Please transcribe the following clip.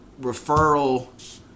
Referral